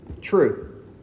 true